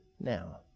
now